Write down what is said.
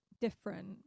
different